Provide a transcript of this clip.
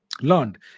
learned